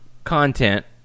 content